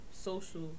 social